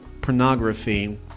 pornography